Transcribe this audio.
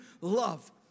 love